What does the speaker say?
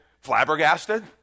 flabbergasted